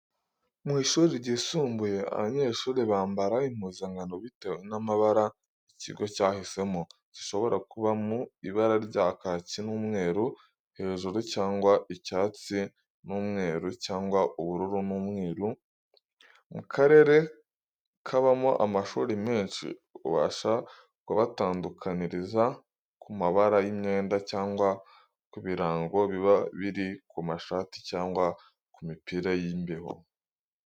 Mu ishuri ryisumbuye abanyeshuri bambara impuzankano bitewe n'amabara ikigo cyahisemo, zishobora kuba mu ibara rya kaki n'umweru hejuru cyangwa icyatsi n'umweru cyangwa ubururu n'umweru. Mu karere kabamo amashuri menshi ubasha kubatandukaniriza ku mabara y'imyenda cyangwa ku birango biba biri ku mashati cyangwa ku mipira y'imbeho.